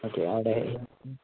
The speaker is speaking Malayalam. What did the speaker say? ഓക്കേ അവിടെ